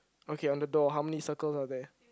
okay on the door how many circles are there